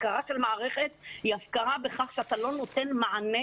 הפקרה של מערכת היא הפקרה בכך שאתה לא נותן מענה,